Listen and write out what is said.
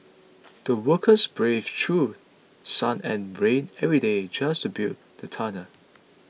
the workers braved through sun and rain every day just to build the tunnel